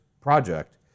project